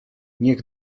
niech